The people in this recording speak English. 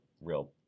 real